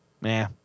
nah